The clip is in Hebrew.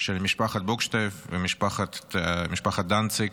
של משפחת בוכשטב ומשפחת דנציג.